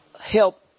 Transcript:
help